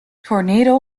tornado